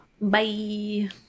Bye